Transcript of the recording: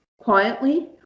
quietly